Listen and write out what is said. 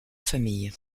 famille